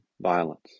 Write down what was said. violence